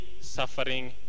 suffering